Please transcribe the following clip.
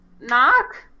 Knock